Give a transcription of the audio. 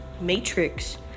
matrix